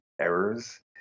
errors